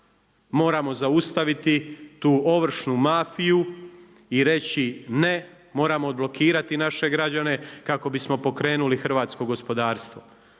Moramo zaustaviti tu ovršnu mafiju i reći ne, moramo odblokirati naše građane kako bismo pokrenuli hrvatsko gospodarstvo.